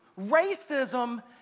Racism